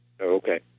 Okay